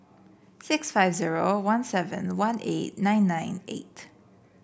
six five zero one seven one eight nine nine eight